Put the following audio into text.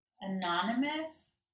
anonymous